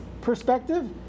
perspective